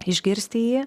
išgirsti jį